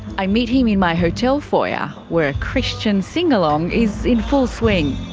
i meet him in my hotel foyer, where a christian singalong is in full swing.